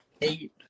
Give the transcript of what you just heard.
eight